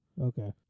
okay